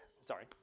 sorry